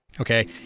okay